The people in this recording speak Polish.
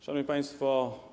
Szanowni Państwo!